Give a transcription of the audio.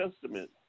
Testament